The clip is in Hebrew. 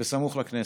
סמוך לכנסת,